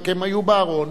רק הם היו בארון,